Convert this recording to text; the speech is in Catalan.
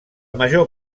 major